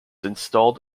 installed